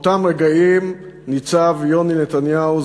באותם רגעים ניצב יוני נתניהו,